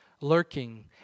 lurking